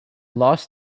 lost